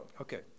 Okay